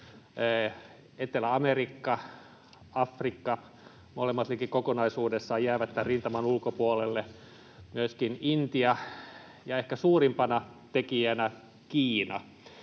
Etelä-Amerikka, Afrikka. Molemmat liki kokonaisuudessaan jäävät tämän rintaman ulkopuolelle, myöskin Intia ja ehkä suurimpana tekijänä Kiina.